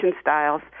styles